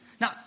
Now